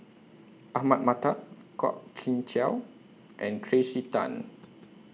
Ahmad Mattar Kwok Kian Chow and Tracey Tan